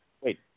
wait